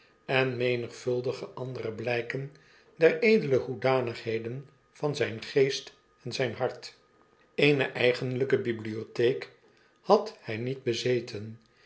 en menigvuldige andere blijken der edele hoedanigheden van zyn geest en zyn hart eene eigenlpe bibliotheek had by niet bezeten